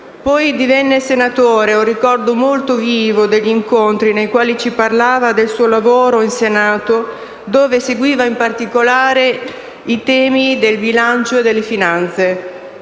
Poi divenne senatore, ed ho un ricordo molto vivo degli incontri nei quali ci parlava del suo lavoro in Senato, dove seguiva in particolare i provvedimenti in tema di bilancio e finanze.